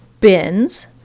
bins